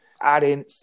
adding